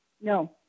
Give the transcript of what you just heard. No